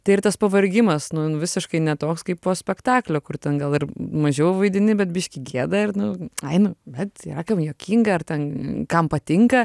tai ir tas pavargimas visiškai ne toks kaip po spektaklio kur ten gal ir mažiau vaidini bet biškį gėda ir nu nu bet juokinga ar ten kam patinka